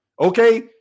okay